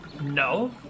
no